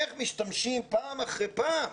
איך משתמשים פעם אחרי פעם